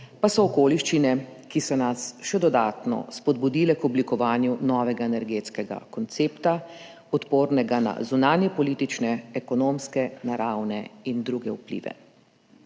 pa sta okoliščini, ki sta nas še dodatno spodbudil k oblikovanju novega energetskega koncepta, odpornega na zunanje politične, ekonomske, naravne in druge vplive.